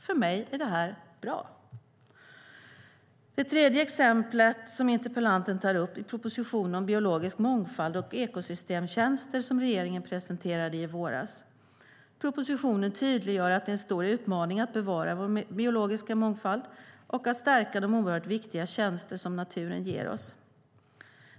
För mig är detta bra. Interpellantens tredje exempel är propositionen om biologisk mångfald och ekosystemtjänster som regeringen presenterade i våras. Propositionen tydliggör att det är en stor utmaning att bevara vår biologiska mångfald och att stärka de oerhört viktiga tjänster som naturen ger oss.